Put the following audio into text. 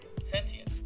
Sentient